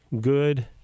good